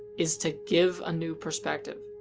is to give a new perspective.